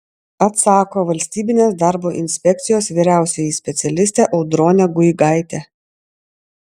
atsako valstybinės darbo inspekcijos vyriausioji specialistė audronė guigaitė